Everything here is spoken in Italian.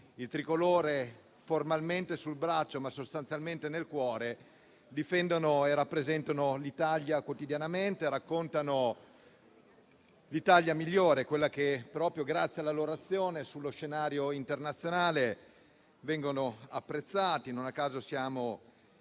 il tricolore formalmente sul braccio ma sostanzialmente nel cuore, difendono e rappresentano l'Italia quotidianamente, raccontano l'Italia migliore, quella che proprio grazie alla loro azione sullo scenario internazionale viene apprezzata. Non a caso l'Italia